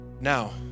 Now